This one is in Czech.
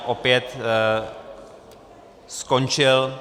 Opět skončil.